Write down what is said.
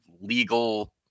legal